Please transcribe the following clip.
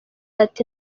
ati